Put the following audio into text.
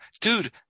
dude